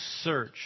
search